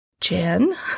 Jen